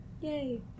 Yay